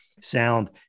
sound